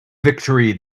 victory